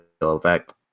effect